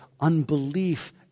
unbelief